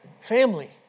Family